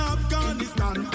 Afghanistan